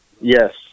Yes